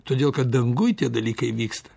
todėl kad danguj tie dalykai vyksta